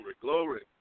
glory